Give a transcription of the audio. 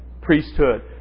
priesthood